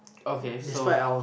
okay so